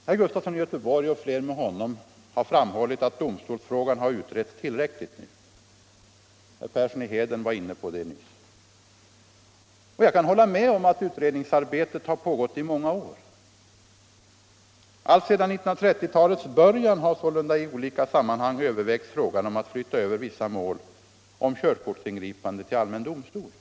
Herr Gustafson i Göteborg, och fler med honom, har framhållit att domstolsfrågan nu har utretts tillräckligt, och herr Persson i Heden var också inne på den saken nyss. Jag kan hålla med om att utredningsarbetet har pågått i många år. Alltsedan 1930-talets början har sålunda i olika sammanhang övervägts frågan om att flytta över vissa mål om körkortsingripande till allmän domstol. BI. a.